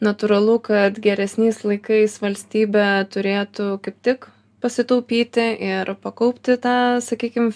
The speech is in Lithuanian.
natūralu kad geresniais laikais valstybė turėtų kaip tik pasitaupyti ir pakaupti tą sakykim